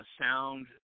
sound